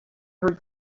heard